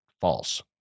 false